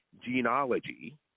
genealogy